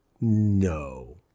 No